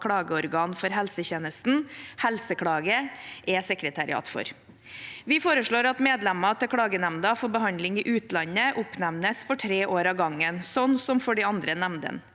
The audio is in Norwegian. klageorgan for helsetjenesten, Helseklage, er sekretariat for. Vi foreslår at medlemmer til Klagenemnda for behandling i utlandet oppnevnes for tre år av gangen, slik som for de andre nemndene.